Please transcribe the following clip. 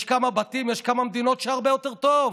יש כמה בתים, יש כמה מדינות שבהן הרבה יותר טוב: